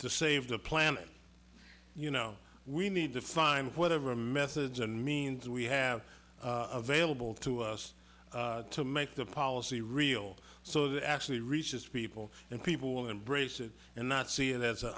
to save the planet you know we need to find whatever methods and means we have available to us to make the policy real so that actually reaches people and people will embrace it and not see it as an